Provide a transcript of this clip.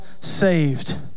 saved